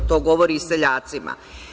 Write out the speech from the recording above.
To govori seljacima.